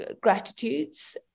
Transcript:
gratitudes